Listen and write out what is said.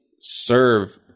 serve